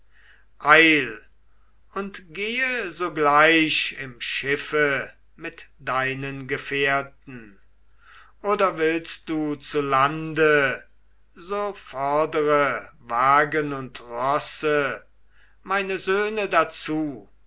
und gehe sogleich im schiffe mit deinen gefährten oder willst du zu lande so fordere wagen und rosse meine söhne dazu